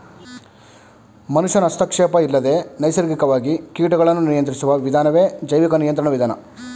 ಮನುಷ್ಯನ ಹಸ್ತಕ್ಷೇಪ ಇಲ್ಲದೆ ನೈಸರ್ಗಿಕವಾಗಿ ಕೀಟಗಳನ್ನು ನಿಯಂತ್ರಿಸುವ ವಿಧಾನವೇ ಜೈವಿಕ ನಿಯಂತ್ರಣ ವಿಧಾನ